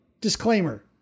disclaimer